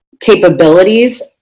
capabilities